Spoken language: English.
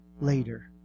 later